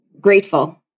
Grateful